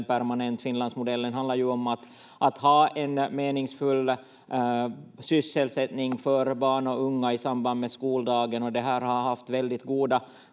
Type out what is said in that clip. permanent. Finlandsmodellen handlar ju om att ha en meningsfull sysselsättning för barn och unga i samband med skoldagen, och det här har haft väldigt goda